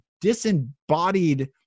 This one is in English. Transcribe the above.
disembodied